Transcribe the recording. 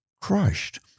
crushed